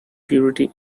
purity